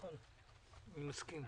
נכון, אני מסכים.